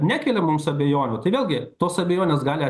nekelia mums abejonių tai vėlgi tos abejonės gali